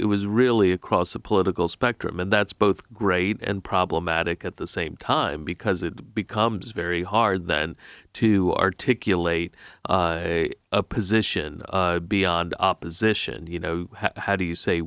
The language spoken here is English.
it was really across the political spectrum and that's both great and problematic at the same time because it becomes very hard then to articulate a position beyond opposition you know how do you say